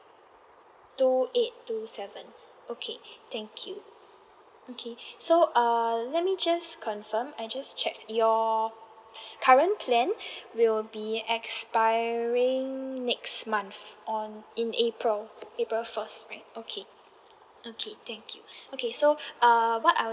two eight two seven okay thank you okay so err let me just confirm I just checked your current plan will be expiring next month on in april april first right okay okay thank you okay so uh what I'll